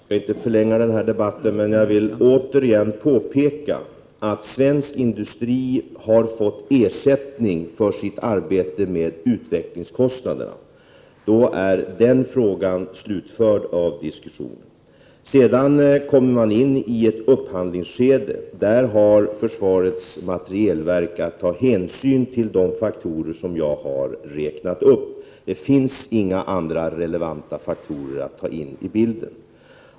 Herr talman! Jag skall inte förlänga denna debatt, men jag vill återigen påpeka att svensk industri har fått ersättning för sitt arbete med utvecklingen. Därmed är diskussionen om den frågan slutförd. Efter utvecklingen kommer man in i ett upphandlingsskede. Försvarets materielverk har där att ta hänsyn till de faktorer som jag har räknat upp. Det finns inga andra relevanta faktorer att ta in i bilden.